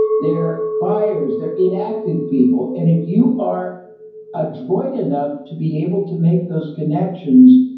their buyers, their inactive people. and if you are adjoined enough to be able to make those connections,